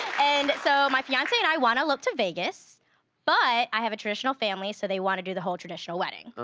and so, my fiance and i wanna elope to vegas but i have a traditional family, so they wanna do the whole traditional wedding.